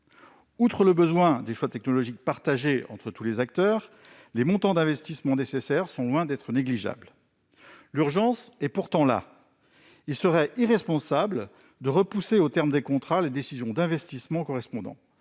Outre le besoin de choix technologiques partagés entre tous les acteurs, le montant des investissements nécessaires est loin d'être négligeable. L'urgence est pourtant là ; il serait irresponsable de repousser au terme des contrats les décisions d'investissement correspondantes.